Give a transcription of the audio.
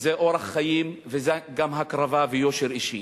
וזה אורח חיים, וזה גם הקרבה ויושר אישי.